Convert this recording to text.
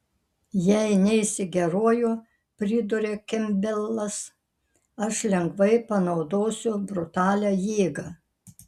jei neisi geruoju priduria kempbelas aš lengvai panaudosiu brutalią jėgą